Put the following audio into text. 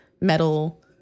metal